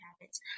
habits